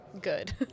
good